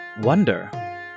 Wonder